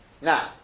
now